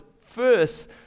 first